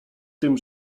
tym